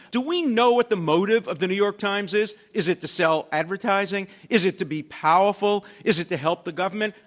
do we know what the motive of the new york times is? is it to sell advertising? is it to be powerful? is it to help the government?